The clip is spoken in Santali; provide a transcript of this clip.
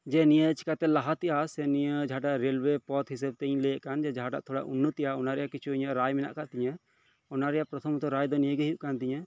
ᱡᱮ ᱱᱤᱭᱟᱹ ᱪᱤᱠᱟᱹᱛᱮ ᱞᱟᱦᱟᱛᱮ ᱟᱥ ᱱᱤᱭᱟᱹ ᱨᱮᱞᱳᱣᱮ ᱯᱚᱫᱽ ᱦᱤᱥᱟᱹᱵ ᱛᱤᱧ ᱞᱟᱹᱭᱮᱫ ᱠᱟᱱ ᱡᱟᱦᱟᱸᱴᱟᱜ ᱛᱷᱚᱲᱟ ᱩᱱᱱᱚᱛᱤᱭᱟ ᱚᱱᱟ ᱨᱮᱭᱟᱜ ᱠᱤᱪᱷᱩ ᱨᱟᱭ ᱢᱮᱱᱟᱜ ᱟᱠᱟᱫ ᱛᱤᱧᱟᱹ ᱚᱱᱟ ᱨᱮᱭᱟᱜ ᱯᱨᱚᱛᱷᱚᱢᱚᱛᱚ ᱨᱟᱭ ᱫᱚ ᱱᱤᱭᱟᱹᱜᱮ ᱦᱳᱭᱳᱜ ᱠᱟᱱ ᱛᱤᱧᱟ